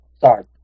sorry